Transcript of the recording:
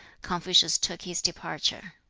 confucius took his departure.